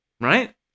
right